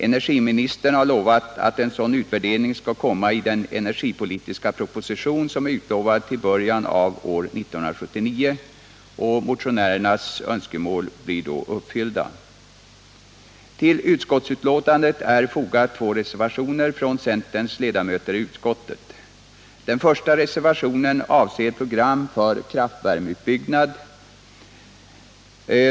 Energiministern har lovat att en sådan utvärdering skall komma i den energipolitiska proposition som är utlovad till början av 1979. Motionärernas önskemål blir då uppfyllda. Till utskottsbetänkandet är fogade två reservationer från centerns ledamöter i utskottet. Den första reservationen avser program för kraftvärmeutbyggnad.